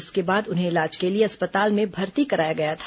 इसके बाद उन्हें इलाज के लिए अस्पताल में भर्ती कराया गया था